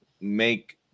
make